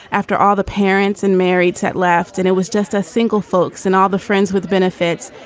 after all, the parents and married set laughed and it was just a single folks and all the friends with benefits.